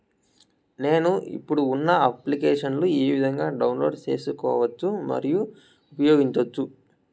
నేను, ఇప్పుడు ఉన్న అప్లికేషన్లు ఏ విధంగా డౌన్లోడ్ సేసుకోవచ్చు మరియు ఉపయోగించొచ్చు?